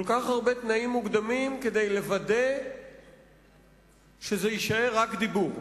כל כך הרבה תנאים מוקדמים כדי לוודא שזה יישאר רק דיבור,